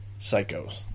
psychos